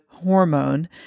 hormone